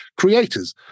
creators